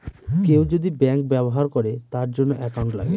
কেউ যদি ব্যাঙ্ক ব্যবহার করে তার জন্য একাউন্ট লাগে